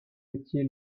étiez